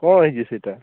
କ'ଣ ହେଇଛି ସେଇଟା